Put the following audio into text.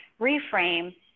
reframe